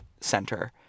center